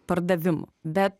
pardavimų bet